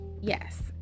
yes